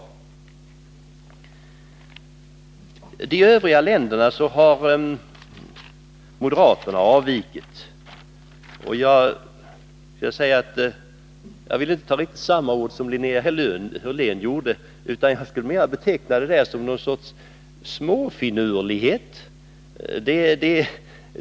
I fråga om de övriga länderna har moderaterna en avvikande mening. Jag villinte ta till riktigt samma ord om detta som Linnea Hörlén gjorde, utan jag skulle mera vilja beteckna det som någon sorts småfinurlighet.